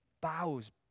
bows